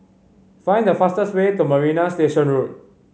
find the fastest way to Marina Station Road